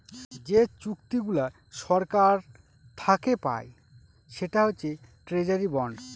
যে চুক্তিগুলা সরকার থাকে পায় সেটা হচ্ছে ট্রেজারি বন্ড